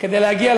יש גם גבעות